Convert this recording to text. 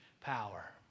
power